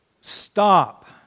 stop